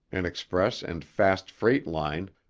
an express and fast freight line,